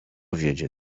wiedzie